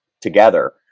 together